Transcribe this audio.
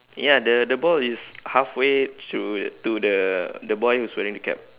ya the the ball is halfway to to the the boy who's wearing the cap